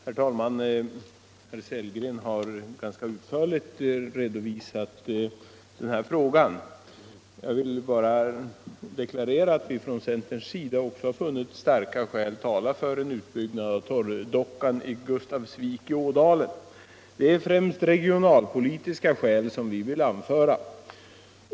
Herr talman! Herr Sellgren har ganska utförligt redovisat denna fråga. Jag vill bara deklarera att också vi från centern har funnit att starka skäl talar för en utbyggnad av torrdockan vid Gustafsvik i Ådalen. Det är främst regionalpolitiska skäl vi vill anföra.